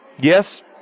yes